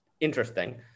interesting